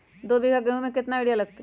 दो बीघा गेंहू में केतना यूरिया लगतै?